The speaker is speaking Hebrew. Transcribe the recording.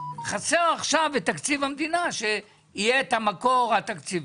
חסר עכשיו את תקציב המדינה שיהיה את המקור התקציבי.